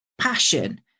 passion